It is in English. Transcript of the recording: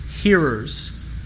hearers